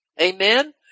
Amen